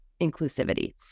inclusivity